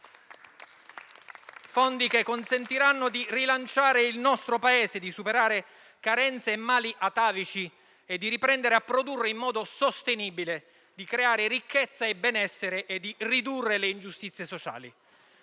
Fondi che consentiranno di rilanciare il nostro Paese, di superare carenze e mali atavici e di riprendere a produrre in modo sostenibile, di creare ricchezza e benessere e di ridurre le ingiustizie sociali.